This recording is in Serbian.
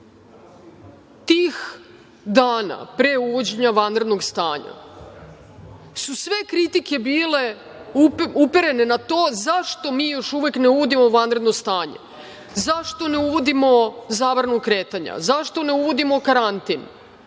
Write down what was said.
Tih dana pre uvođenja vanrednog stanja su sve kritike bile uperene na to zašto mi još uvek ne uvodimo vanredno stanje, zašto ne uvodimo zabranu kretanja, zašto ne uvodimo karantin,